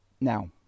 now